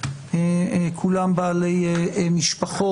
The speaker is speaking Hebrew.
כולם בעלי משפחות.